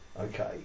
okay